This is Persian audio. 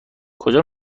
کجا